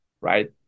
right